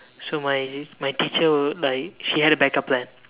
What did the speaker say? so my my teacher like she had a backup plan